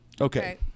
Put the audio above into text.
Okay